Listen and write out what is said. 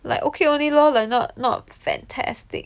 like okay only lor like not not fantastic